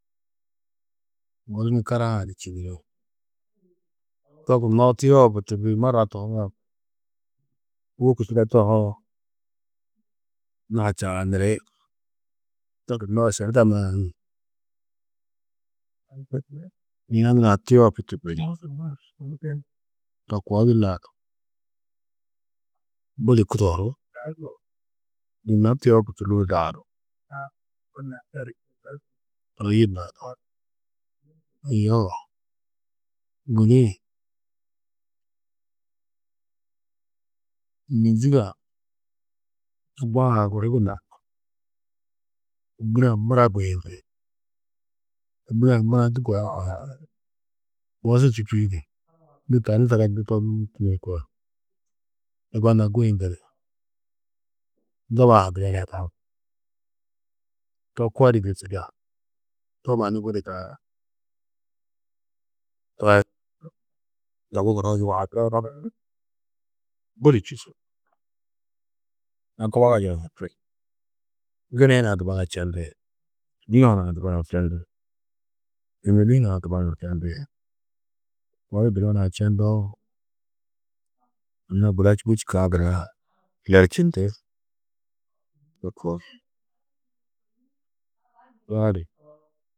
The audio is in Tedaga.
Guru ni karaha-ã du to gunnoó tuyopu tigiri marra tohuo, wôku turo tohuo anna-ã ha čaaniri. To gunnoó širida nurã yina nurã tuyopu tûri ni. To koo yila du budi kudohurú. Gunna tuyopu tûrro daarú. To yila du yoo gudi-ĩ mîziga-ã ŋgo-ã guru gunna ômura-ã mura guyindi. Ômura-ã Mura du gura bosu čûkuidi, nû tani zaga nû koo. Gonna guyindu ni doba-ã ha to ko di. To mannu budi daar, budi čusu. Yina kobuba yuhati, ginni hunã dubana čendi, hunã dubana čendi, hunã dubana čendi. Goni dubana čendoo anna guda čû bu čûkã gunna yerčindi to koo. Gali